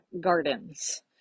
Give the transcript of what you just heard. gardens